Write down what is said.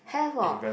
have hor